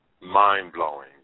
mind-blowing